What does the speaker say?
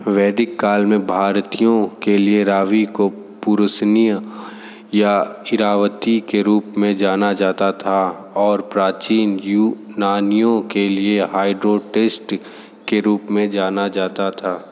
वैदिक काल में भारतीयों के लिए रावि को पुरुषनीय या इरावती के रूप में जाना जाता था और प्राचीन यूनानियों के लिए हाइड्रोटेस्टिक के रूप में जाना जाता था